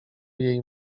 jej